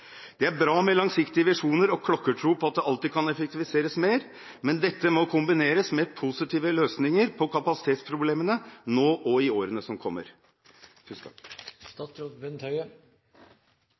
Det er bra med langsiktige visjoner og klokkertro på at det alltid kan effektiviseres mer, men dette må kombineres med positive løsninger på kapasitetsproblemene nå og i årene som kommer.